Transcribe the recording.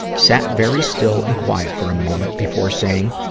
sat very still and quiet for a moment before saying,